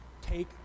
Take